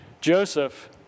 Joseph